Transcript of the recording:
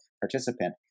participant